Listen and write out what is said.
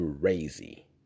crazy